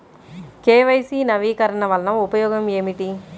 KYC నవీకరణ వలన ఉపయోగం ఏమిటీ?